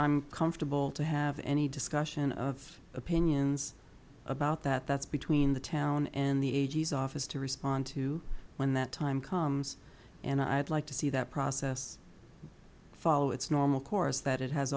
i'm comfortable to have any discussion of opinions about that that's between the town and the a g s office to respond to when that time comes and i'd like to see that process follow its normal course that it has